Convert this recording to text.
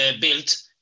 built